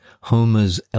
Homer's